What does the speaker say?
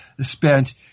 spent